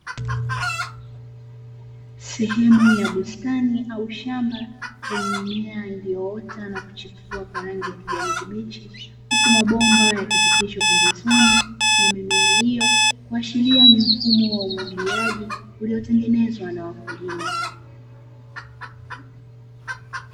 Sehemu ya bustani au shamba yenye mimea iliyoota na kuchanua kwa rangi ya kijani kibichi huku mabomba yakipitishwa pembezoni mwa mimea hiyo, kuashiria ni mfumo wa umwagiliaji uliotengenezwa na wakulima.